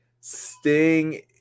Sting